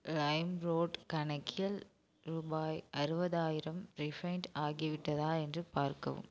Limeroad கணக்கில் ருபாய் அறுபதாயிரம் ரீஃபேண்ட் ஆகிவிட்டதா என்று பார்க்கவும்